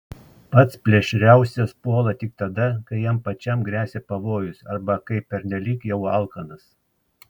pats plėšriausias puola tik tada kai jam pačiam gresia pavojus arba kai pernelyg jau alkanas